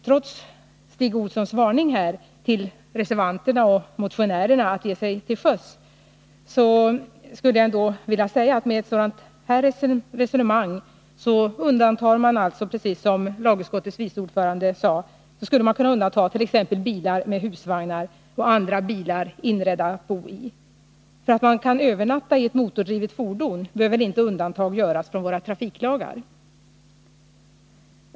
Trots Stig Olssons varning till reservanterna och motionärerna för att ge sig ut till sjöss, skulle jag vilja säga, att för man ett sådant resonemang, skulle man ju, precis som lagutskottets vice ordförande sade, kunna undanta t.ex. bilar med husvagnar och andra bilar som är inredda för att bo i. Bara för att man kan övernatta i ett motordrivet fordon bör väl inte undantag göras från våra trafiklagar.